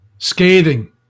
Scathing